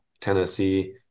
Tennessee